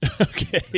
Okay